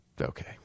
Okay